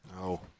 No